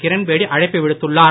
கிரண்பேடி அழைப்பு விடுத்துள்ளார்